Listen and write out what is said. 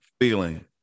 feeling